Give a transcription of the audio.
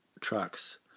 trucks